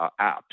apps